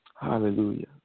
Hallelujah